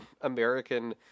American